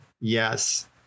Yes